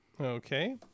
Okay